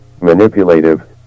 manipulative